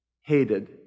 hated